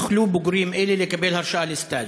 יוכלו בוגרים אלה לקבל הרשאה לסטאז'.